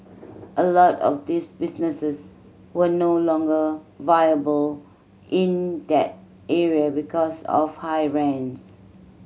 a lot of these businesses were no longer viable in that area because of high rents